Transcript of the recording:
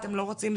אתם לא רוצים,